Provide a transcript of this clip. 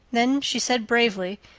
then she said bravely,